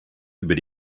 über